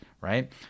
right